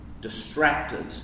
distracted